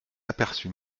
aperçut